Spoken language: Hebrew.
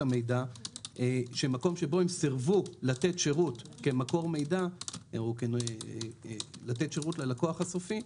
המידע שמקום שבו סירבו לתת שירות כמקור מידע או לתת שירות ללקוח הסופי,